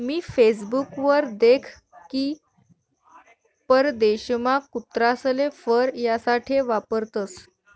मी Facebook वर देख की परदेशमा कुत्रासले फर यासाठे वापरतसं